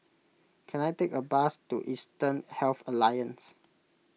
can I take a bus to Eastern Health Alliance